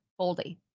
Boldy